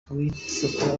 guhita